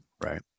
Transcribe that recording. Right